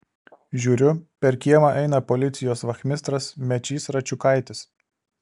žiūriu per kiemą eina policijos vachmistras mečys račiukaitis